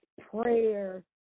prayer